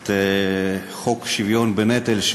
את חוק השוויון בנטל,